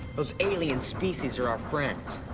those alien species are our friends.